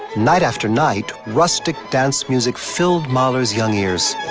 night after night, rustic dance music filled mahler's young ears.